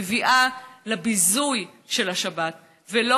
מביא לביזוי של השבת ולא